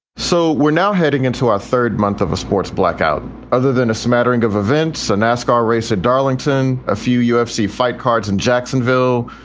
so we're now heading into our third month of a sports blackout other than a smattering of events, a nascar race at darlington, a few ufc fight cards in jacksonville,